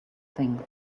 things